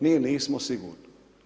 Mi nismo sigurno.